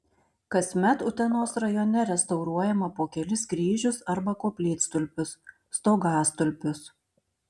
kasmet utenos rajone restauruojama po kelis kryžius arba koplytstulpius stogastulpius